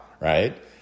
right